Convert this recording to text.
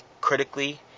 critically